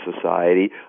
society